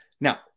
Now